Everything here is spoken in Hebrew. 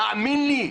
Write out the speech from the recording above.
תאמין לי.